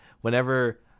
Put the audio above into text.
whenever